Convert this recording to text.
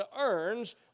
earns